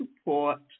support